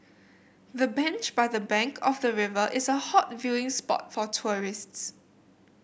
the bench by the bank of the river is a hot viewing spot for tourists